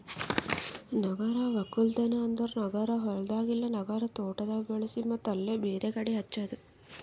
ನಗರ ಒಕ್ಕಲ್ತನ್ ಅಂದುರ್ ನಗರ ಹೊಲ್ದಾಗ್ ಇಲ್ಲಾ ನಗರ ತೋಟದಾಗ್ ಬೆಳಿಸಿ ಮತ್ತ್ ಅಲ್ಲೇ ಬೇರೆ ಕಡಿ ಹಚ್ಚದು